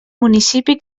municipi